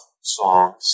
songs